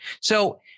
So-